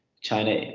China